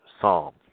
psalm